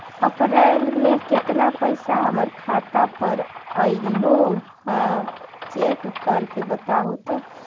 अप्रैल में केतना पैसा हमर खाता पर अएलो है चेक कर के बताहू तो?